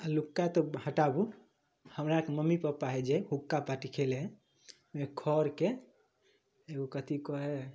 लुक्का तऽ हटाबू हमरा आरके मम्मी पापा हइ जे हुक्का पाती खेलै हइ ओहिमे खरके एगो कथी कहै हइ